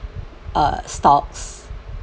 uh stocks